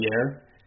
air